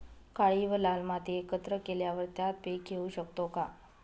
काळी व लाल माती एकत्र केल्यावर त्यात पीक घेऊ शकतो का?